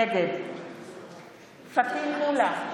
נגד פטין מולא,